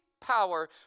power